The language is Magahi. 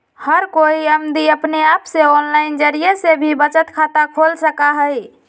हर कोई अमदी अपने आप से आनलाइन जरिये से भी बचत खाता खोल सका हई